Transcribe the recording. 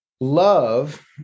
Love